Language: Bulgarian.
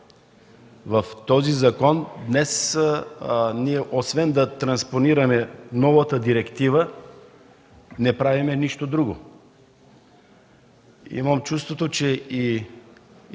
В този закон днес ние освен да транспонираме новата директива, не правим нищо друго. Имам чувството, че